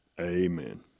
amen